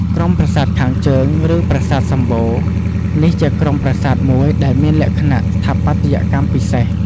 ក្រុមប្រាសាទខាងជើង ឬ ប្រាសាទសំបូរ នេះជាក្រុមប្រាសាទមួយដែលមានលក្ខណៈស្ថាបត្យកម្មពិសេស។